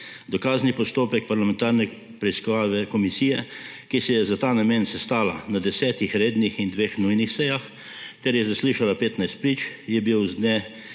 Dokazni postopek parlamentarne preiskave komisije, ki se je za ta namen sestala na desetih rednih in dveh nujnih sejah ter je zaslišala 15 prič, je bil z dne